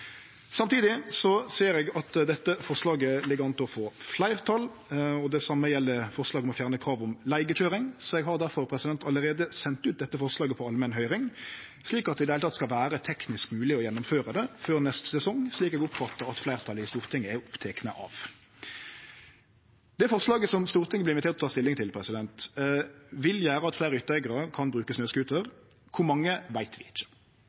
Samtidig ser eg at dette forslaget ligg an til å få fleirtal, og det same gjeld forslaget om å fjerne kravet om leigekøyring. Så eg har difor allereie sendt ut dette forslaget på allmenn høyring, slik at det i det heile skal vere teknisk mogleg å gjennomføre det før neste sesong, slik eg oppfattar at fleirtalet i Stortinget er opptekne av. Det forslaget som Stortinget vart invitert til å ta stilling til, vil gjere at fleire hytteeigarar kan bruke snøscooter. Kor mange veit vi ikkje.